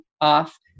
off